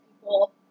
people